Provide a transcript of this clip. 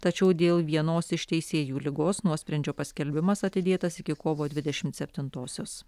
tačiau dėl vienos iš teisėjų ligos nuosprendžio paskelbimas atidėtas iki kovo dvidešimt septintosios